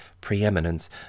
preeminence